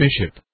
bishop